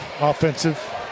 Offensive